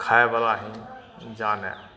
खाइवला ही जानए